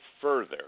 further